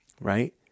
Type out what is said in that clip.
right